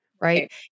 right